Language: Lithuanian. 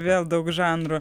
vėl daug žanrų